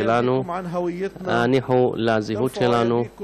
הניחו לזהות שלנו.